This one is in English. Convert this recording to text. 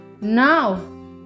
now